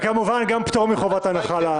כמובן, גם פטור מחובת הנחה.